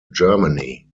germany